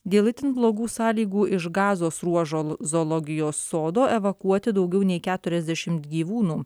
dėl itin blogų sąlygų iš gazos ruožo zoologijos sodo evakuoti daugiau nei keturiasdešimt gyvūnų